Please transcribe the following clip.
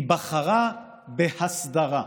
היא בחרה בהסדרה.